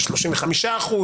אלה 35 אחוזים,